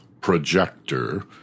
projector